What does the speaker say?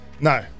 No